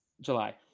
July